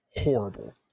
horrible